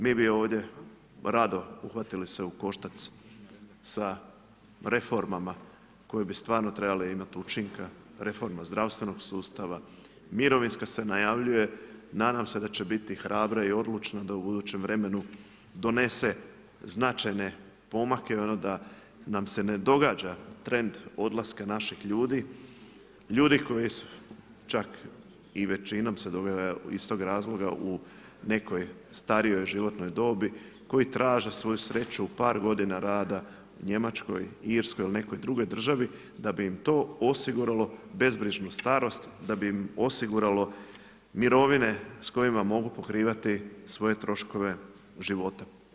Mi bi ovdje rado se uhvatili u koštac sa reformama koje bi stvarno trebale imati učinka reforma zdravstvenog sustava, mirovinska se najavljuje, nadam se da će biti hrabra i odlučna da u budućem vremenu donese značajne pomake da nam se ne događa trend odlaska naših ljudi, ljudi koji čak i većinom se događa iz tog razloga u nekojoj starijoj životnoj dobi koji traže svoju sreću u par godina rada, Njemačkoj, Irskoj ili nekoj drugoj državi da bi im to osiguralo bezbrižnu starost, da bi im osiguralo mirovine s kojima mogu pokrivati svoje troškove života.